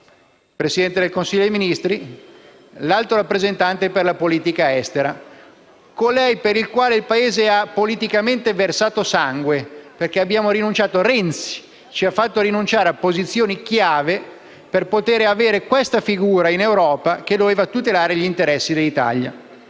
Presidente del Consiglio dei ministri e Alto rappresentante per la politica estera europea, colei per il quale il Paese ha politicamente versato sangue perché Renzi ci ha fatto rinunciare a posizioni chiave per poter avere questa figura in Europa che doveva tutelare gli interessi dell'Italia.